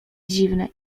dziwne